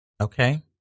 Okay